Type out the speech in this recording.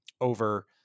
over